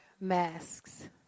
masks